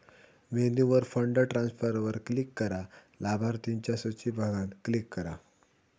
मेन्यूवर फंड ट्रांसफरवर क्लिक करा, लाभार्थिंच्या सुची बघान क्लिक करा